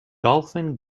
dolphin